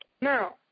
Now